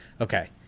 Okay